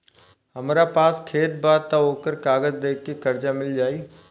हमरा पास खेत बा त ओकर कागज दे के कर्जा मिल जाई?